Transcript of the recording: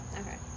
Okay